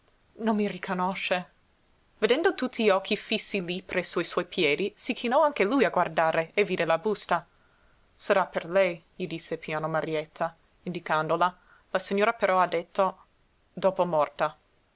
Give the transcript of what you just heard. non mi riconosce vedendo tutti gli occhi fissi lí presso i suoi piedi si chinò anche lui a guardare e vide la busta sarà per lei gli disse piano marietta indicandola la signora però ha detto dopo morta